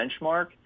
benchmark